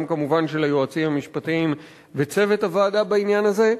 וגם כמובן של היועצים המשפטיים וצוות הוועדה בעניין הזה.